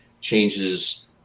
changes